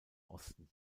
osten